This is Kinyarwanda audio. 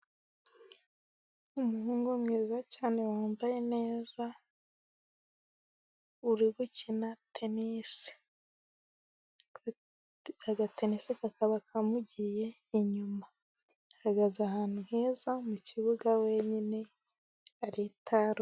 Umuhungu mwiza cyane wambaye neza uri gukina tenisi, akadenesi kakaba kamugiye inyuma ahagaze ahantu heza mukibuga wenyine aritaruye.